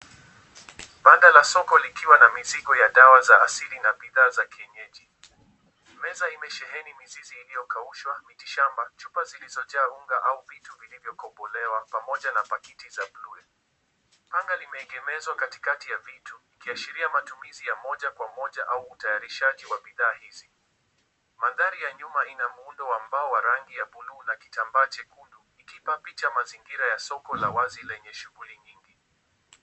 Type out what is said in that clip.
Banda la soko likiwa na mizigo ya dawa za asili na bidhaa za kienyeji. Meza imesheheni mizizi iliyokaushwa, miti shamba, chupa zilizojaa unga au vitu vilivyokobolewa pamoja na pakiti za bluu. Panga limeegemezwa katikati ya vitu ikiashiria matumizi ya moja kwa moja au utayarishaji wa bidhaa hizi. Mandhari ya nyuma ina muundo wa mbao wa rangi ya bluu na kitambaa chekundu ikiipa picha mazingira ya soko la wazi lenye shughuli nyingi.